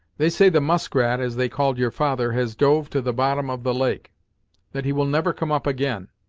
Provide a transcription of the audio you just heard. they say the muskrat, as they called your father, has dove to the bottom of the lake that he will never come up again,